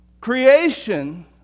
Creation